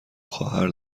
خواهر